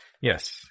Yes